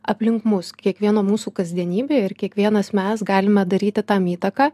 aplink mus kiekvieno mūsų kasdienybėje ir kiekvienas mes galime daryti tam įtaką